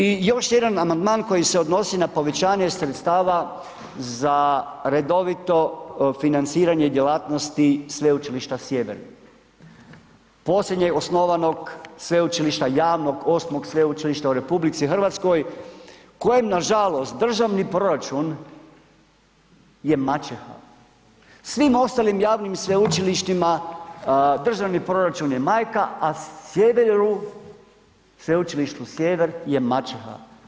I još jedan amandman koji se odnosi na povećanje sredstava za redovito financiranje djelatnosti Sveučilišta Sjever, posljednje osnovanog sveučilišta, javnog, osmog sveučilišta u RH kojem nažalost državni proračun je maćeha, svim ostalim javnim i sveučilištima državni proračun je majka, a sjeveru, Sveučilištu Sjever je maćeha.